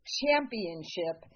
championship